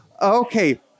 Okay